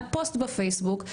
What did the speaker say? על פוסט בפייסבוק,